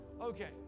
Okay